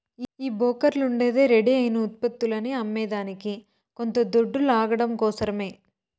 ఈ బోకర్లుండేదే రెడీ అయిన ఉత్పత్తులని అమ్మేదానికి కొంత దొడ్డు లాగడం కోసరమే